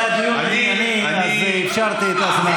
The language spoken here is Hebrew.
כל עוד זה היה דיון ענייני אפשרתי את הזמן.